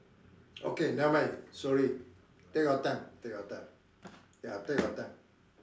okay never mind sorry take your time take your time ya take your time